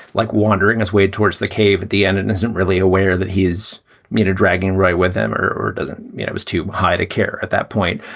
like wandering his way towards the cave at the end. it isn't really aware that his meter dragging right with them or or doesn't it was too high to care at that point.